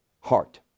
heart